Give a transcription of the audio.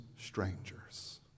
strangers